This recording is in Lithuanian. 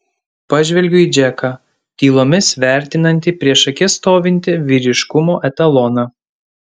pažvelgiu į džeką tylomis vertinantį prieš akis stovintį vyriškumo etaloną